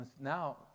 Now